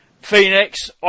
Phoenix